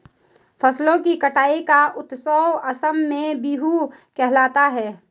फसलों की कटाई का उत्सव असम में बीहू कहलाता है